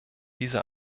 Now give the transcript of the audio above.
diese